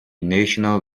national